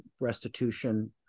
restitution